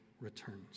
returns